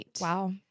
Wow